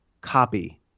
Copy